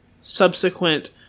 subsequent